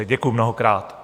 Děkuju mnohokrát.